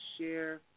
share